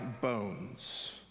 bones